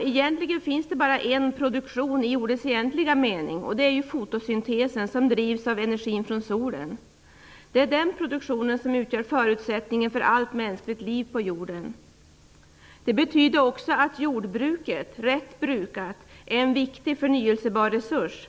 Egentligen finns det bara en produktion i ordets egentliga mening. Det är fotosyntesen som drivs av energin från solen. Det är den produktionen som utgör förutsättningen för allt mänskligt liv på jorden. Det betyder också att jordbruket, rätt brukat, är en viktig förnybar resurs.